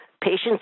patients